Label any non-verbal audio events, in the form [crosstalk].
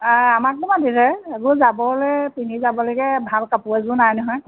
আমাকো মাতিছে [unintelligible] যাবলৈ পিন্ধি যাবলৈকে ভাল কাপোৰ এযোৰো নাই নহয়